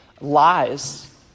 lies